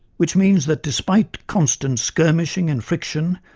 which means that despite constant skirmishing and friction,